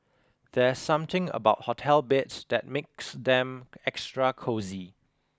there's something about hotel beds that makes them extra cosy